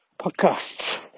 podcasts